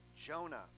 Jonah